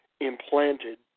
implanted